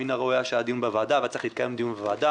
מן הראוי היה שיהיה דיון בוועדה וצריך להתקיים דיון בוועדה.